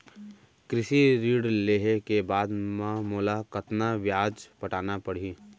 कृषि ऋण लेहे के बाद म मोला कतना ब्याज पटाना पड़ही?